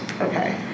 Okay